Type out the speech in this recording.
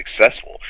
successful